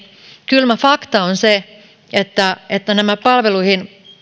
kylmä fakta on se että että palveluihin